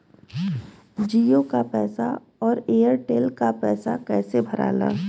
जीओ का पैसा और एयर तेलका पैसा कैसे भराला?